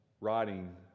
writing